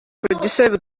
producer